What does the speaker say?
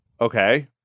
Okay